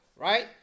right